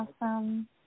awesome